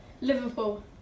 Liverpool